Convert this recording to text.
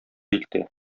илтә